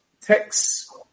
text